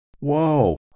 Whoa